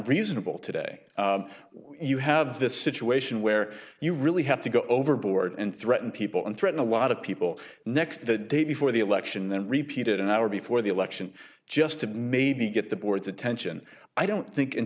reasonable today you have the situation where you really have to go overboard and threaten people and threaten a lot of people next the day before the election then repeated an hour before the election just to maybe get the board's attention i don't think in